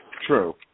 True